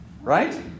right